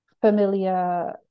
familiar